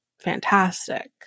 fantastic